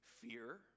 fear